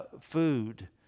food